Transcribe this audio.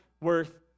worth